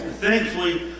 Thankfully